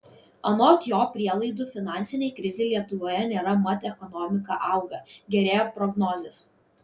anot jo prielaidų finansinei krizei lietuvoje nėra mat ekonomika auga gerėja prognozės